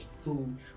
food